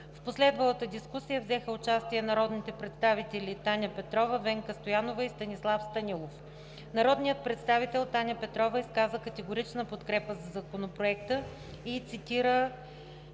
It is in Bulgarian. В последвалата дискусия взеха участие народните представители Таня Петрова, Венка Стоянова и Станислав Станилов. Народният представител Таня Петрова изказа категорична подкрепа за Законопроекта и цитира